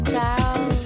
down